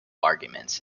arguments